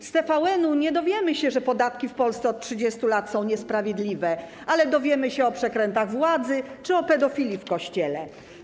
Z TVN-u nie dowiemy się, że podatki w Polsce od 30 lat są niesprawiedliwe, ale dowiemy się o przekrętach władzy czy o pedofilii w Kościele.